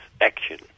action